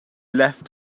left